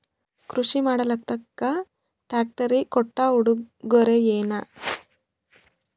ಕೃಷಿ ಮಾಡಲಾಕ ಟ್ರಾಕ್ಟರಿ ಕೊಟ್ಟ ಉಡುಗೊರೆಯೇನ?